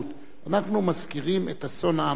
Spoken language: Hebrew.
אנחנו מזכירים את אסון העם הארמני.